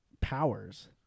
powers